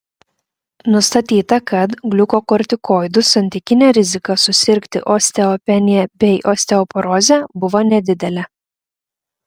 nustatyta kad gliukokortikoidų santykinė rizika susirgti osteopenija bei osteoporoze buvo nedidelė